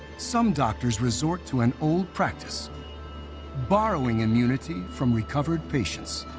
some doctors resort to an old practice borrowing immunity from recovered patients.